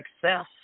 success